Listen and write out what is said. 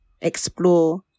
explore